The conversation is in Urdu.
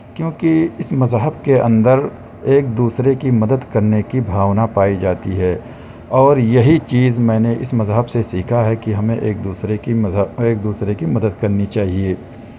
کیوںکہ اِس مذہب کے اندر ایک دوسرے کی مدد کرنے کی بھاونا پائی جاتی ہے اور یہی چیز میں نے اِس مذہب سے سیکھا ہے کہ ہمیں ایک دوسرے کی مذہب ایک دوسرے کی مدد کرنی چاہیے